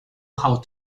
how